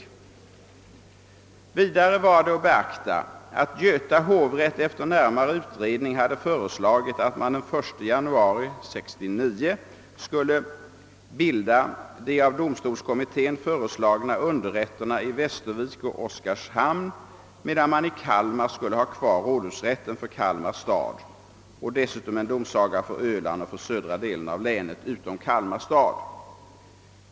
Vidare var att beakta att Göta hovrätt efter närmare utredning hade föreslagit, att man den 1 januari 1969 skulle bilda de av domstolskommittén föreslagna underrätterna i Västervik och Oskarshamn, medan man i Kalmar skulle ha kvar rådhusrätten för Kalmar stad och dessutom en domsaga för Öland och för södra delen av länet utom Kalmar stad.